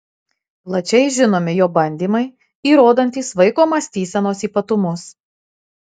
plačiai žinomi jo bandymai įrodantys vaiko mąstysenos ypatumus